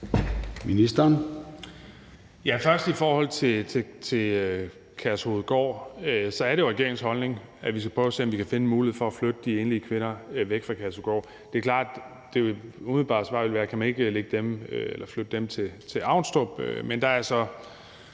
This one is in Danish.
Først vil jeg i forhold til Kærshovedgård sige, at det jo er regeringens holdning, at vi skal prøve at se, om vi kan finde en mulighed for at flytte de enlige kvinder væk fra Kærshovedgård. Det er klart, at det umiddelbare bud ville være: Kan man ikke flytte dem til Avnstrup? Men der er så,